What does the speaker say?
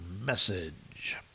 message